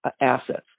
assets